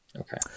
Okay